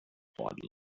poodle